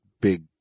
big